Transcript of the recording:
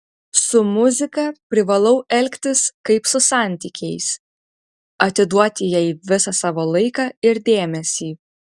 su muzika privalau elgtis kaip su santykiais atiduoti jai visą savo laiką ir dėmesį